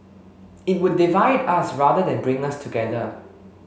it would divide us rather than bring us together